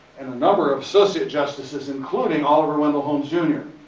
and the number of associate justices, including oliver wendell holmes, jr.